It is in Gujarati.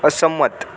અસંમત